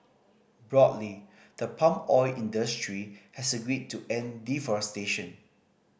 broadly the palm oil industry has agreed to end deforestation